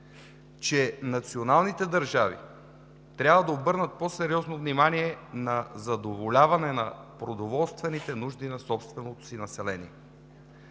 че националните държави трябва да обърнат по-сериозно внимание на задоволяване на продоволствените нужди на собственото си население.